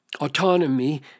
autonomy